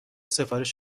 سفارش